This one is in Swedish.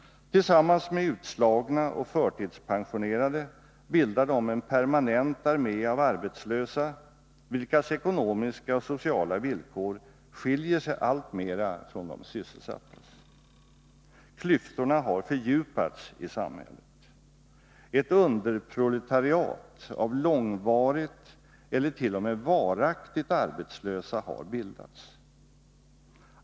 Tillsammans med utslagna och förtidspensionerade bildar de en permanent armé av arbetslösa, vilkas ekonomiska och sociala villkor skiljer sig alltmera från de sysselsattas. Klyftorna har fördjupats i samhället. Ett ”underproletariat” av långvarigt eller t.o.m. varaktigt arbetslösa har bildats.